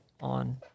on